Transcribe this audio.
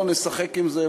לא נשחק עם זה,